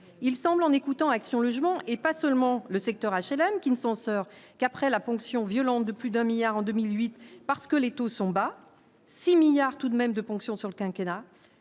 il semble en écoutant Action Logement, et pas seulement le secteur HLM qui ne censeur qu'après la ponction violente de plus d'un milliard en 2008, parce que les taux sont bas 6 milliards tout de même de ponction sur le quinquennat